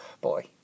Boy